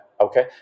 okay